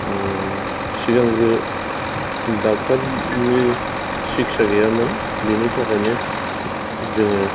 सिगांग्रो ड'क्टरनि सिकित्सा गैयामोन बेनि थाखायनो जोङो